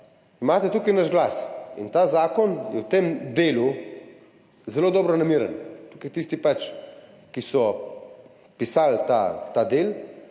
imate tukaj naš glas. Ta zakon je v tem delu zelo dobronameren. Tisti, ki so pisali ta del,